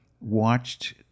watched